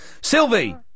Sylvie